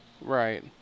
Right